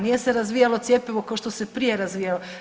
Nije se razvijalo cjepivo kao što se prije razvijalo.